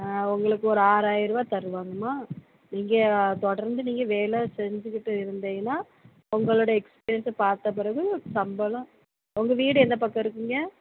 ஆ உங்களுக்கு ஒரு ஆறாயருபா தருவாங்கம்மா இங்கே தொடர்ந்து நீங்கள் வேலை செஞ்சிக்கிட்டு இருந்திங்கன்னால் உங்களோடய எக்ஸ்பீரியன்ஸ்ஸை பார்த்த பிறகு சம்பளம் உங்கள் வீடு எந்த பக்கம் இருக்கீங்க